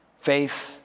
Faith